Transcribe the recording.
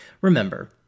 Remember